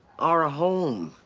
or a home.